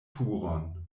turon